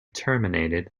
terminated